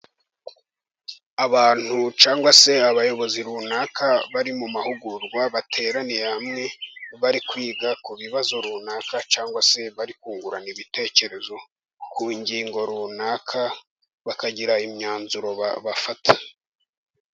Abantu cyangwa se abayobozi runaka, bari mu mahugurwa bateraniye hamwe bari kwiga, ku bibazo runaka cyangwa se bari kungurana ibitekerezo ku ngingo runaka bakagira imyanzuro babafata.